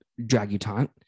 Dragutant